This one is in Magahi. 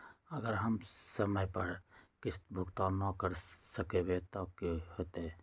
अगर हम समय पर किस्त भुकतान न कर सकवै त की होतै?